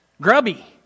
grubby